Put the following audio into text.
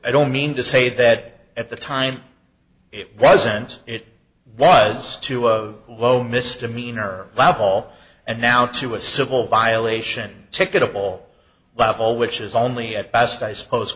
i don't mean to say that at the time it wasn't it was to a low misdemeanor level and now to a civil violation ticket of all level which is only at best i suppose